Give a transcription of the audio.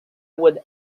would